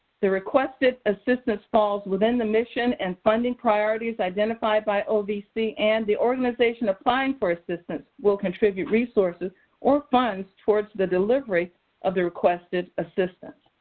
the requested assistance falls within the mission and funding priorities identified by ovc. and the organization applying for assistance will contribute resources or funds towards the delivery of the requested assistance.